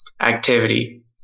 activity